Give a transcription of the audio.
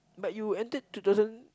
but you ended two thousand